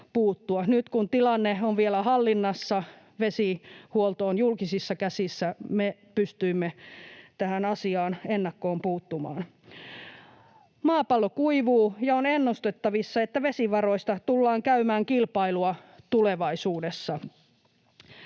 Nyt kun tilanne on vielä hallinnassa, vesihuolto on julkisissa käsissä, niin me pystyimme tähän asiaan ennakkoon puuttumaan. Maapallo kuivuu, ja on ennustettavissa, että vesivaroista tullaan käymään kilpailua tulevaisuudessa.